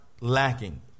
lacking